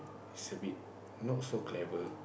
is a bit not so clever